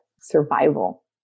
survival